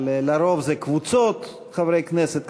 אבל לרוב זה קבוצות חברי כנסת,